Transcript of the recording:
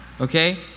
Okay